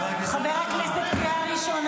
יש חוק סובייקטיבי במדינה הזו?